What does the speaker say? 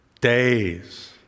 days